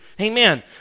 Amen